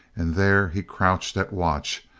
and there he crouched at watch,